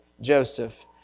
Joseph